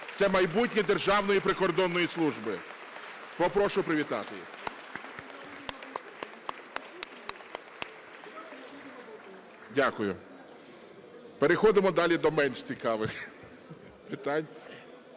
Це майбутнє Державної прикордонної служби. Попрошу привітати їх. (Оплески) Дякую. Переходимо далі до менш цікавих питань.